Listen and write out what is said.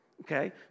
Okay